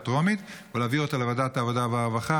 טרומית ולהעביר אותה לוועדת העבודה והרווחה,